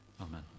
Amen